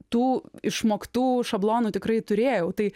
tų išmoktų šablonų tikrai turėjau tai